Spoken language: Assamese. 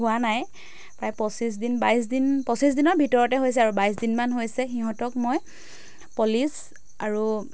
হোৱা নাই প্ৰায় পঁচিছ দিন বাইছ দিন পঁচিছ দিনৰ ভিতৰতে হৈছে আৰু বাইছ দিনমান হৈছে সিহঁতক মই পলিচ আৰু